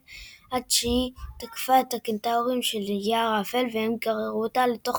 עד שהיא תקפה את הקנטאורים של היער האפל והם גררו אותה לתוך